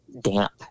damp